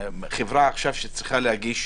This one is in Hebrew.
חברה שצריכה להגיש,